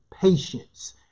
patience